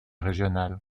régionale